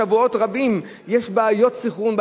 אז במשך שבועות רבים יש בעיות סנכרון,